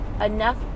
enough